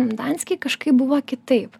danskėj kažkaip buvo kitaip